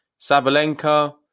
Sabalenka